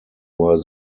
were